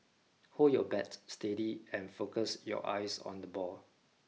hold your bat steady and focus your eyes on the ball